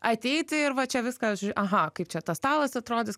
ateiti ir va čia viską aš aha kaip čia tas stalas atrodys